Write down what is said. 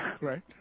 right